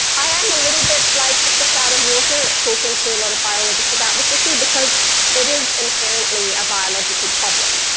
i am a little bit like a fish out of water, talking to a lot of biologists about this issue, because it is inherently a biological problem,